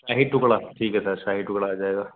شاہی ٹکڑا ٹھیک ہے سر شاہی ٹکڑا آ جائے گا